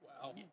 Wow